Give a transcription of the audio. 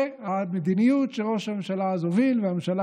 שהמדיניות שראש הממשלה אז הוביל והממשלה